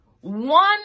one